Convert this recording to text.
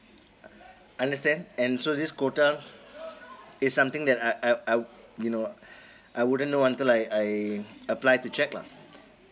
understand and so this quota it's something that I I I would you know I wouldn't know until I I applied to check lah